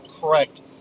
correct